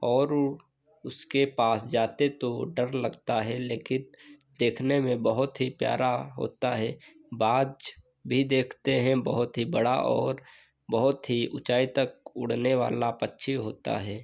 और उसके पास जाते तो वह डर लगता है लेकिन देखने में बहुत ही प्यारा होता है बाज़ भी देखते हैं बहुत ही बड़ा और बहुत ही ऊँचाई तक उड़ने वाला पक्षी होता है